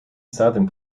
southern